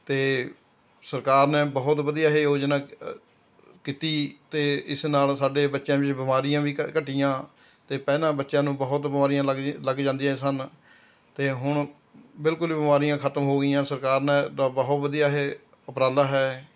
ਅਤੇ ਸਰਕਾਰ ਨੇ ਬਹੁਤ ਵਧੀਆ ਇਹ ਯੋਜਨਾ ਕੀਤੀ ਅਤੇ ਇਸ ਨਾਲ ਸਾਡੇ ਬੱਚਿਆਂ ਵਿੱਚ ਬਿਮਾਰੀਆਂ ਵੀ ਘ ਘਟੀਆਂ ਅਤੇ ਪਹਿਲਾਂ ਬੱਚਿਆਂ ਨੂੰ ਬਹੁਤ ਬਿਮਾਰੀਆਂ ਲੱਗ ਜ ਲੱਗ ਜਾਂਦੀਆਂ ਸਨ ਅਤੇ ਹੁਣ ਬਿਲਕੁਲ ਬਿਮਾਰੀਆਂ ਖਤਮ ਹੋ ਗਈਆਂ ਸਰਕਾਰ ਨੇ ਦਾ ਬਹੁਤ ਵਧੀਆ ਇਹ ਉਪਰਾਲਾ ਹੈ